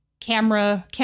camera